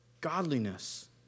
godliness